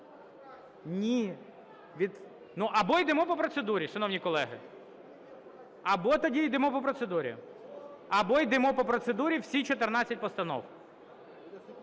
залі) Або йдемо по процедурі, шановні колеги. Або тоді йдемо по процедурі. Або йдемо по процедурі – всі 14 постанов.